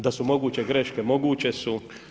Da su moguće greške, moguće su.